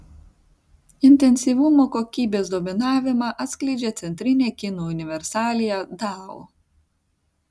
intensyvumo kokybės dominavimą atskleidžia centrinė kinų universalija dao